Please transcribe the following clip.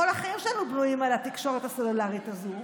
כל החיים שלנו בנויים על התקשורת הסלולרית הזו.